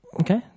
Okay